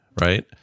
right